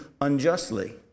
unjustly